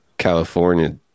California